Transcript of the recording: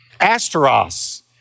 Asteros